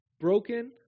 broken